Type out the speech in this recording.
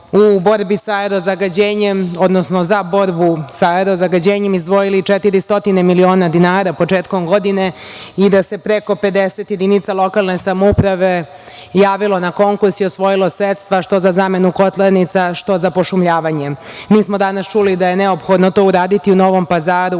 u borbi sa aero-zagađenjem, odnosno za borbu sa aero-zagađenjem izdvojili 400 miliona dinara početkom godine i da se preko 50 jedinica lokalne samouprave javilo na konkurs i osvojilo sredstva, što za zamenu kotlarnica, što za pošumljavanje. Mi smo danas čuli da je neophodno to uradi u Novom Pazaru.